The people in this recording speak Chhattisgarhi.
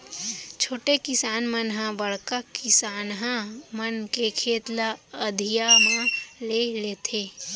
छोटे किसान मन ह बड़का किसनहा मन के खेत ल अधिया म ले लेथें